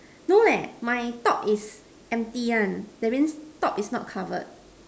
no leh my top is empty one that means top is not covered